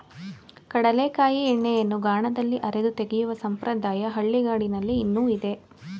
ಕಡಲೆಕಾಯಿ ಎಣ್ಣೆಯನ್ನು ಗಾಣದಲ್ಲಿ ಅರೆದು ತೆಗೆಯುವ ಸಂಪ್ರದಾಯ ಹಳ್ಳಿಗಾಡಿನಲ್ಲಿ ಇನ್ನೂ ಇದೆ